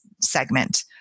segment